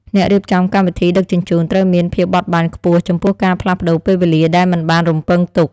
អ្នករៀបចំកម្មវិធីដឹកជញ្ជូនត្រូវមានភាពបត់បែនខ្ពស់ចំពោះការផ្លាស់ប្តូរពេលវេលាដែលមិនបានរំពឹងទុក។